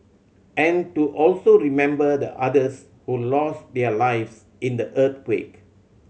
and to also remember the others who lost their lives in the earthquake